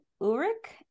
uric